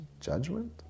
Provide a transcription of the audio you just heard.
judgment